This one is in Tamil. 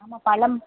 ஆமாம் பழம்